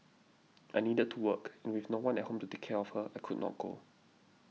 I needed to work and with no one at home to take care of her I could not go